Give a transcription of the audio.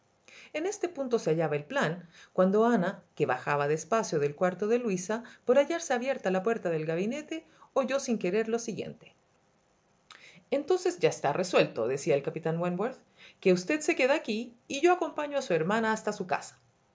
en este punto se hallaba el plan cuando ana que bajaba despacio del cuarto de luisa por hallarse abierta la puerta del gabinete oyó sin querer lo siguiente entonces ya está resueltodecía el capitán wentworth que usted se queda aquí y yo acompaño a su hermana hasta su casa